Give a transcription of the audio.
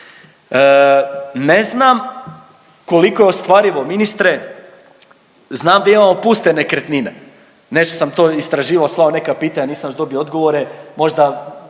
Ne znam koliko je ostvarivo ministre, znam da imamo puste nekretnine, nešto sam to istraživao, slao neka pitanja, nisam još dobio odgovore. Možda